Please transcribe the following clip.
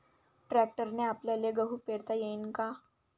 ट्रॅक्टरने आपल्याले गहू पेरता येईन का?